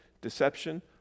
deception